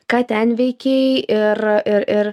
ką ten veikei ir ir ir